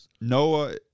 Noah